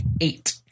eight